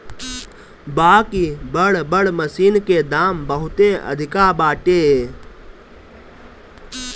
बाकि बड़ बड़ मशीन के दाम बहुते अधिका बाटे